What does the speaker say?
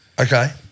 Okay